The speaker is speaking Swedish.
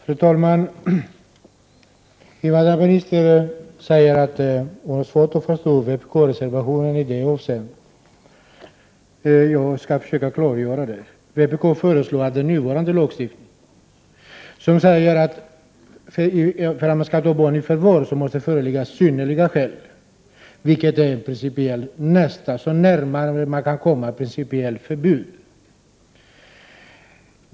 Fru talman! Invandrarministern säger att hon har svårt att förstå vpkreservationen. Jag skall försöka förklara vad den syftar till. Vpk anser att den nuvarande lagstiftningen, vari det står att om barn skall tas i förvar måste det föreligga synnerliga skäl, är så nära man kan komma ett principiellt förbud.